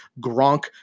gronk